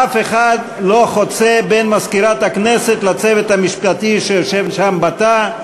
אף אחד לא חוצה בין מזכירת הכנסת לצוות המשפטי שיושב שם בתא.